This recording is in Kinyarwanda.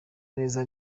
neza